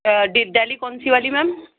آ ڈیڈ ڈہلی کونسی والی میم